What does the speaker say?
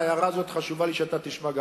את ההערה הזאת חשוב לי שגם אתה תשמע,